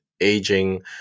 aging